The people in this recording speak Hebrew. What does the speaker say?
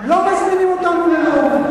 לא מזמינים אותנו ללוב.